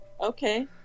okay